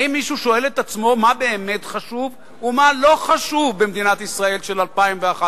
האם מישהו שואל את עצמו מה באמת חשוב ומה לא חשוב במדינת ישראל של 2011?